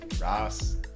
ross